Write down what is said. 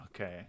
Okay